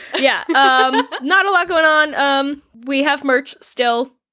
yeah. um but not a lot going on. um we have merch still.